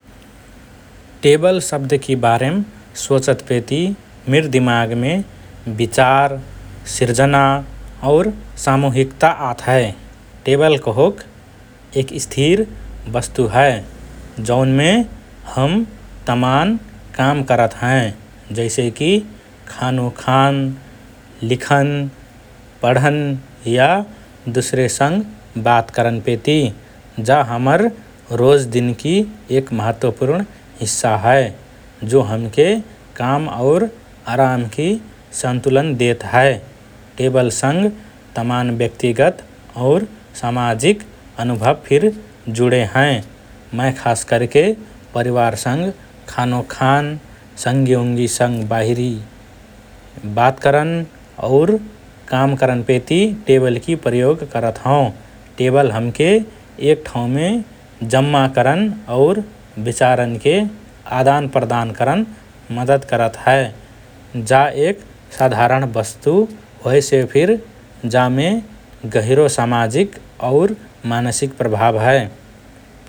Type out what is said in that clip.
टेबल शब्दकि बारेम सोचतपेति मिर दिमागमे विचार, सिर्जना और सामूहिकता आत हए । टेबल कहोक एक स्थिर वस्तु हए जौनमे हम तमान् काम करत हएँ जैसेकि खानु खान, लिखन, पढन या दुसरेसँग बात करनपेति । जा हमर रोज दिनकि एक महत्वपूर्ण हिस्सा हए, जो हमके काम और आरामकि सन्तुलन देत हए । टेबलसँग तमान् व्यक्तिगत और सामाजिक अनुभव फिर जुडे हएँ । मए खासकरके परिवारसँग खानु खान, सँगीउँगीसँग बाहिरी बात करन और काम करनपेति टेबलकि प्रयोग करत हओँ । टेबल हमके एक ठांवमे जम्मा करन और विचारन्के आदानप्रदान करन मद्दत करत हए । जा एक साधारण वस्तु होएसे फिर जामे गहिरो सामाजिक और मानसिक प्रभाव हए ।